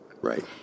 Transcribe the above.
Right